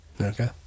Okay